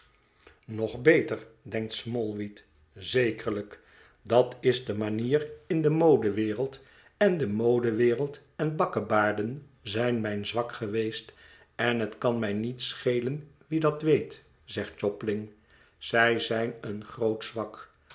nog beter denkt smallweed zekerlijk dat is de manier in de modewereld en de modewereld en bakkebaarden zijn mijn zwak geweest en het kan mij niet schelen wie dat weet zegt jobling zij zijn een groot zwak